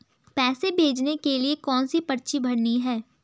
पैसे भेजने के लिए कौनसी पर्ची भरनी है?